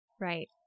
Right